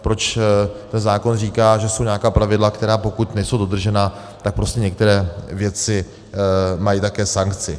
Ten zákon říká, že jsou nějaká pravidla, která pokud nejsou dodržena, tak prostě některé věci mají také sankci.